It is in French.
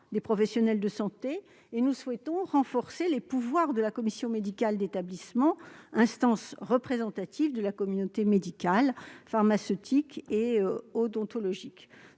des professionnels de santé et renforcer les pouvoirs de la commission médicale d'établissement, instance représentative de la communauté médicale, pharmaceutique et odontologique.